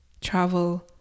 travel